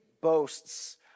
boasts